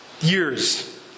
years